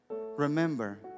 Remember